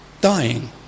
dying